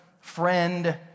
friend